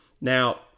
Now